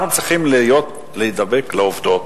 אנחנו צריכים לדבוק בעובדות.